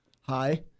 hi